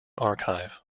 archive